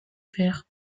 fer